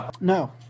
No